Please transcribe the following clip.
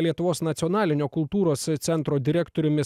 lietuvos nacionalinio kultūros centro direktoriumi